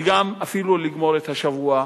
וגם אפילו לגמור את השבוע.